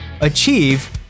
Achieve